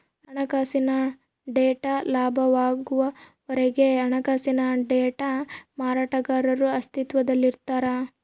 ಹಣಕಾಸಿನ ಡೇಟಾ ಲಭ್ಯವಾಗುವವರೆಗೆ ಹಣಕಾಸಿನ ಡೇಟಾ ಮಾರಾಟಗಾರರು ಅಸ್ತಿತ್ವದಲ್ಲಿರ್ತಾರ